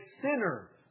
sinner